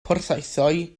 porthaethwy